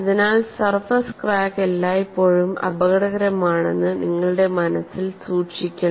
അതിനാൽ surface crack എല്ലായ്പ്പോഴും അപകടകരമാണെന്ന് നിങ്ങളുടെ മനസിൽ സൂക്ഷിക്കണം